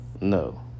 no